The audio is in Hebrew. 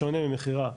בשונה ממכירה,